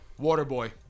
Waterboy